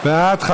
בעד,